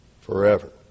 forever